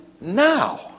now